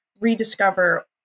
rediscover